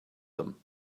them